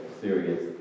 serious